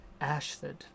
Ashford